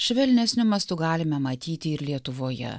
švelnesniu mastu galime matyti ir lietuvoje